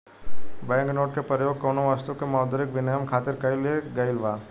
bank note के परयोग कौनो बस्तु के मौद्रिक बिनिमय खातिर कईल गइल बा